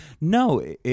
No